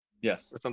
Yes